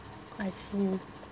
I see